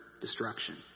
destruction